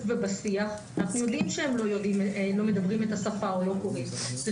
ובשיח אנחנו יודעים שהם לא מדברים את השפה או לא קוראים,